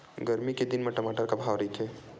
गरमी के दिन म टमाटर का भाव रहिथे?